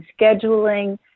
scheduling